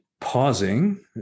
pausing